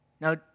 Now